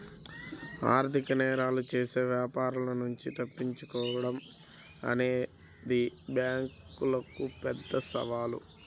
ఆర్థిక నేరాలు చేసే వ్యాపారుల నుంచి తప్పించుకోడం అనేది బ్యేంకులకు పెద్ద సవాలు